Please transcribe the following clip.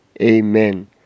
Amen